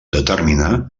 determinar